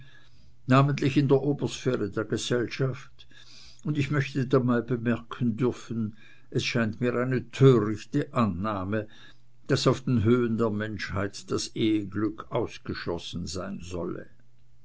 namentlich in der obersphäre der gesellschaft und ich möchte dabei bemerken dürfen es scheint mir eine törichte annahme daß auf den höhen der menschheit das eheglück ausgeschlossen sein solle